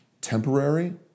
temporary